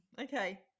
Okay